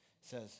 says